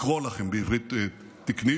לקרוא לכם, בעברית תקנית,